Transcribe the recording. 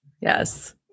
Yes